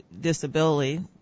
disability